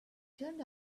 turned